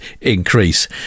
increase